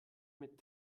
mit